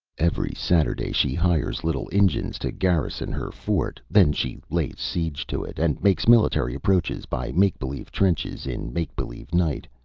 every saturday she hires little injuns to garrison her fort then she lays siege to it, and makes military approaches by make-believe trenches in make-believe night,